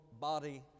body